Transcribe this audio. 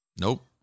Nope